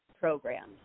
programs